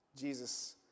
Jesus